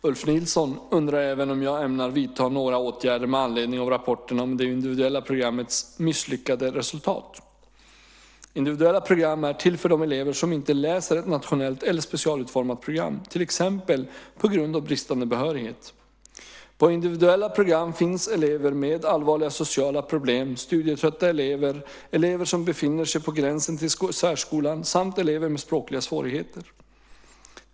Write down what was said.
Ulf Nilsson undrar även om jag ämnar vidta några åtgärder med anledning av rapporterna om det individuella programmets misslyckade resultat. Individuella program är till för de elever som inte läser ett nationellt eller specialutformat program, till exempel på grund av bristande behörighet. På individuella program finns elever med allvarliga sociala problem, studietrötta elever, elever som befinner sig på gränsen till särskolan samt elever med språkliga svårigheter.